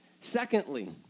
Secondly